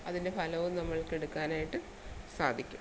അതിൻ്റെ ഫലവും നമ്മൾക്കെടുക്കാനായിട്ട് സാധിക്കും